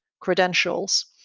credentials